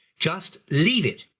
just leave it.